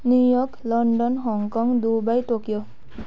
New York London Hong Kong Dubai Tokyo